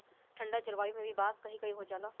ठंडा जलवायु में भी बांस कही कही हो जाला